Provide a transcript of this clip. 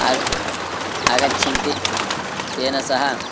आग् आगच्छन्ति तेन सह